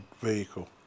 vehicle